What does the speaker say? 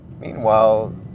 meanwhile